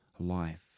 life